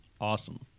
Awesome